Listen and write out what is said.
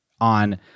on